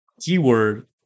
keyword